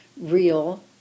real